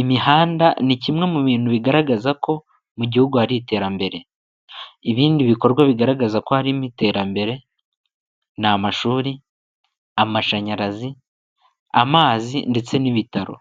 Imihanda ni kimwe mu bintu bigaragaza ko mu gihugu hari iterambere, ibindi bikorwa bigaragaza ko harimo iterambere ni amashuri, amashanyarazi, amazi ndetse n'ibitaro,